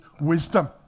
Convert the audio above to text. wisdom